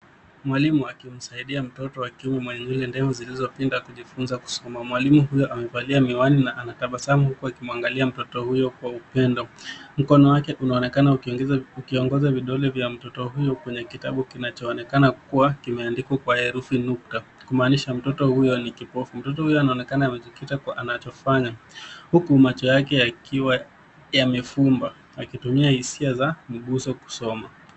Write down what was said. Mwalimu akimsaidia mtoto wa kiume mwenye nywele ndefu zilizopinda kujifunza kusoma. Mwalimu huyo amevalia miwani na anatabasamu huku akimwangalia mtoto huyo kwa upendo. Mkono wake unaonekana ukiongoza vidole vya mtoto huyo kwenye kitabu kinachoonekana kuwa kimeandikwa kwa herufi nukta, kumaanisha mtoto huyo ni kipofu. Mtoto huyo anaonekana amejikitia kwa anachofanya huku macho yake yakiwa yamefumba akitumia hisia za mguzo kusoma.